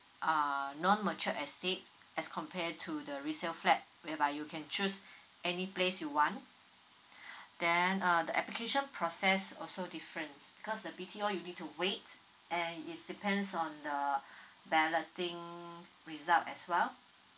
err non mature estate as compare to the resale flat whereby you can choose any place you want then uh the application process also different because the B_T_O you need to wait and is depends on the balloting result as well